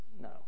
No